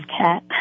cat